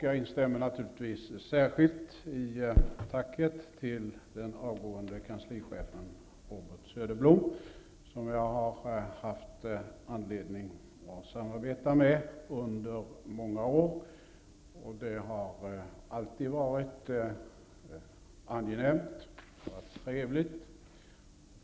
Jag instämmer naturligtvis särskilt i tacket till den avgående kanslichefen Robert Söderblom, som jag har haft anledning att samarbeta med under många år. Det har alltid varit angenämt och trevligt.